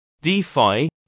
DeFi